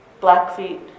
Blackfeet